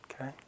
okay